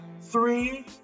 three